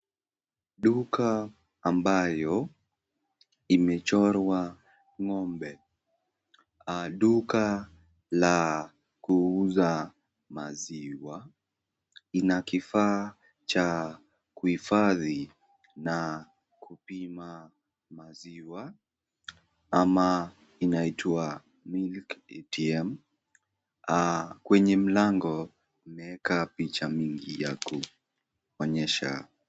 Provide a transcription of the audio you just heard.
Duka ambayo imechorwa ng'ombe, duka ya kuuza maziwa. Ina kifaa cha kuhifadhi na kupima maziwa ama inaitwa Milk Atm. Kwenye mlango imeweka picha mingi ya kuonyesha.